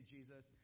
Jesus